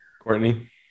Courtney